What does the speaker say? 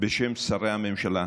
בשם שרי הממשלה,